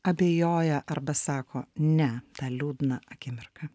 abejoja arba sako ne tą liūdną akimirką